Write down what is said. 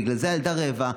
ובגלל זה הילדה רעבה.